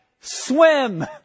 swim